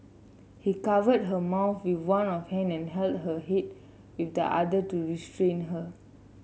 he covered her mouth with one of hand and held her head with the other to restrain her